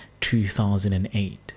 2008